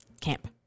camp